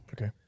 Okay